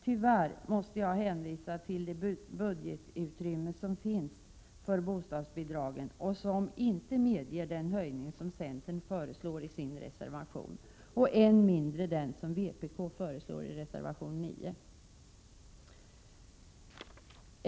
Tyvärr måste jag hänvisa till det budgetutrymme som finns för bostadsbidragen och som inte medger den höjning som centern föreslår i sin reservation, och än mindre den som vpk föreslår i reservation 9.